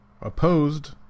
Opposed